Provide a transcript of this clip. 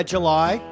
July